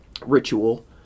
ritual